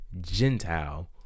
Gentile